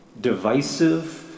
divisive